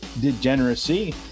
degeneracy